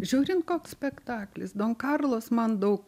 žiūrint koks spektaklis don karlos man daug